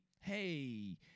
hey